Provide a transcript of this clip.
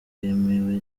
bwemewe